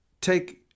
take